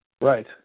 Right